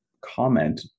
comment